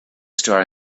star